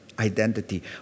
Identity